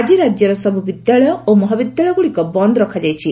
ଆଜି ରାଜ୍ୟର ସବୁ ବିଦ୍ୟାଳୟ ଓ ମହାବିଦ୍ୟାଳୟଗୁଡ଼ିକ ବନ୍ଦ ରଖାଯାଇଛି